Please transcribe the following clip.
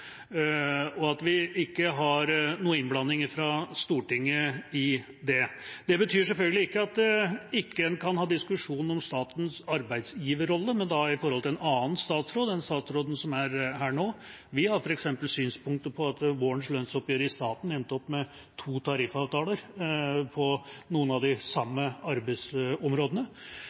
og at vi ikke har noen innblanding fra Stortinget i det. Det betyr selvfølgelig ikke at en ikke kan ha diskusjon om statens arbeidsgiverrolle, men da i forhold til en annen statsråd enn den statsråden som er her nå. Vi har f.eks. synspunkter på at vårens lønnsoppgjør i staten endte opp med to tariffavtaler på noen av de samme arbeidsområdene,